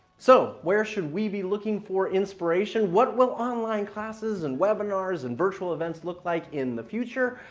so where should we be looking for inspiration? what will online classes and webinars and virtual events look like in the future?